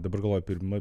dabar galvoju pirma